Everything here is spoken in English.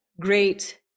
great